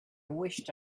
wished